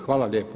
Hvala lijepo.